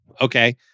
okay